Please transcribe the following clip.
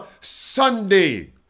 Sunday